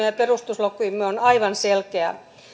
ja perustuslakimme on aivan selkeä